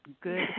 Good